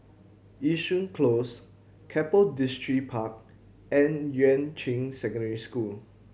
Yishun Close Keppel Distripark and Yuan Ching Secondary School